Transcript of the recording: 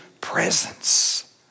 presence